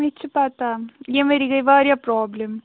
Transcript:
مےٚ چھِ پَتَہ ییٚمہِ ؤری گٔے واریاہ پرٛابلِم